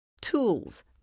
tools